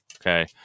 Okay